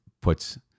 puts